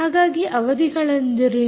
ಹಾಗಾದರೆ ಅವಧಿಗಳೆಂದರೇನು